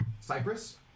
Cyprus